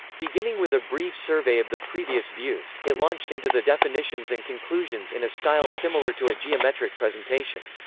beginning with a brief survey of the previous views, it launched into the definitions and conclusions in a style similar to a geometric geometric presentation.